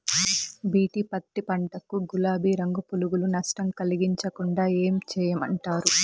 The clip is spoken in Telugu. బి.టి పత్తి పంట కు, గులాబీ రంగు పులుగులు నష్టం కలిగించకుండా ఏం చేయమంటారు?